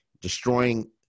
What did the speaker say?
destroying